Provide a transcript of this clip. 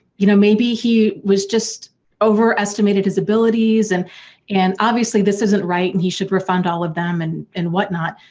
you know maybe he was just overestimated his abilities and and obviously this isn't right and he should refund all of them and and whatnot,